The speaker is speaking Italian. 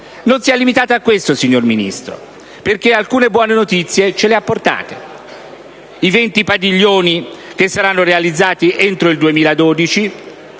non si è limitato a questo, perché alcune buone notizie ce le ha portate: i 20 padiglioni che saranno realizzati entro il 2012,